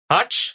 Hutch